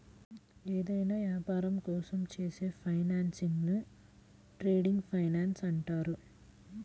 ఏదైనా యాపారం కోసం చేసే ఫైనాన్సింగ్ను ట్రేడ్ ఫైనాన్స్ అంటారు